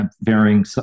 varying